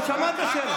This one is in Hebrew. ניסית וכשלת.